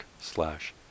slash